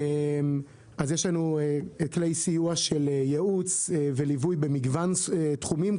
אז יש לנו כלי סיוע של ייעוץ וליווי במגוון תחומים,